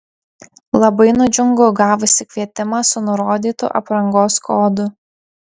labai nudžiungu gavusi kvietimą su nurodytu aprangos kodu